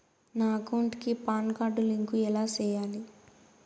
నా అకౌంట్ కి PAN card link ఎలా సేయాలి